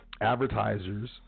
Advertisers